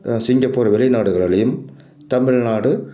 Singapore வெளிநாடுகளிலியும் Tamil Nadu